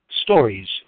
stories